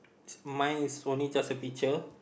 mine is only just a picture